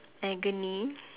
agony